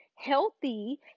Healthy